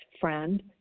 friend